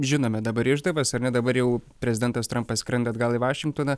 žinome dabar išdavas ar ne dabar jau prezidentas trampas skrenda atgal į vašingtoną